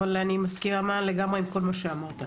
אבל אני מסכימה לגמרי עם כל מה שאמרת.